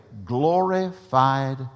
glorified